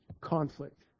Conflict